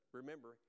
remember